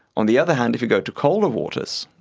on the other hand, if you go to colder waters,